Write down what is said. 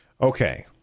okay